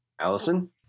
Allison